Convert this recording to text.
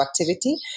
activity